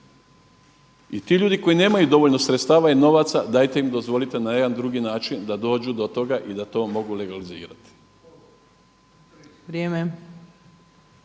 I ti ljudi koji nemaju dovoljno sredstava i novaca dajte im dozvolite na jedan drugi način da dođu do toga i da to mogu legalizirati.